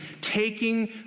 taking